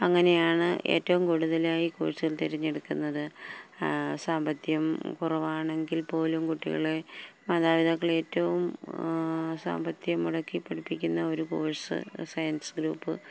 അങ്ങനെയാണ് ഏറ്റവും കൂടുതലായി കോഴ്സുകൾ തെരഞ്ഞെടുക്കുന്നത് സാമ്പത്തികം കുറവാണെങ്കിൽപ്പോലും കുട്ടികളെ മാതാപിതാക്കള് ഏറ്റവും സാമ്പത്തികം മുടക്കി പഠിപ്പിക്കുന്ന ഒരു കോഴ്സ് സയൻസ് ഗ്രൂപ്പ്